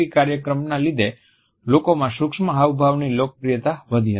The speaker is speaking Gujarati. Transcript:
V કાર્યક્રમના લીધે લોકોમાં સૂક્ષ્મ હાવભાવની લોકપ્રિયતા વધી હતી